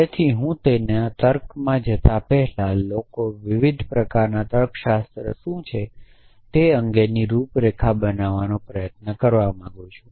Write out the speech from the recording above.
તેથી હું તેના તર્કમાં જતાં પહેલાં લોકો વિવિધ પ્રકારના તર્કશાસ્ત્ર શું છે તે અંગેની રૂપરેખા બનાવવાનો પ્રયત્ન કરવા માંગુ છું